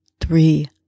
three